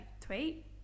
tweet